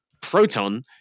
Proton